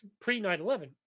pre-9-11